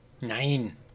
Nine